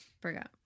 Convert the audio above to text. Forgot